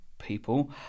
people